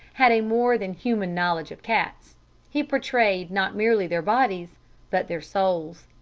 had a more than human knowledge of cats he portrayed not merely their bodies but their souls.